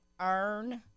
earn